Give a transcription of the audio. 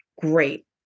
great